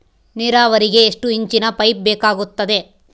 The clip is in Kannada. ನೇರಾವರಿಗೆ ಎಷ್ಟು ಇಂಚಿನ ಪೈಪ್ ಬೇಕಾಗುತ್ತದೆ?